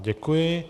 Děkuji.